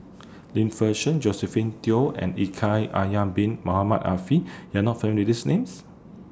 Lim Fei Shen Josephine Teo and Shaikh Yahya Bin Ahmed Afifi YOU Are not Find These Names